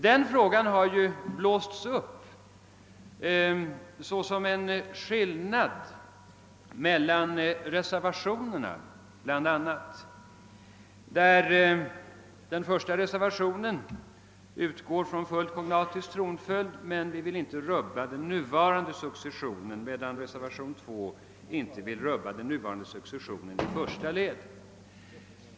Den frågan har ju blåsts upp såsom en skillnad mellan reservationerna. I den första reservationen utgår man från fullt kognatisk tronföljd men vill inte rubba den nuvarande successionen. I den andra reservationen vill man inte rubba den nuvarande successionen i första led.